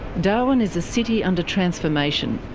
darwin is a city under transformation.